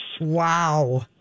Wow